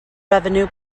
revenue